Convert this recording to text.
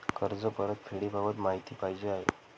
कर्ज परतफेडीबाबत माहिती पाहिजे आहे